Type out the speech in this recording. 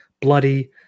bloody